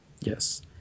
Yes